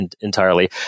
entirely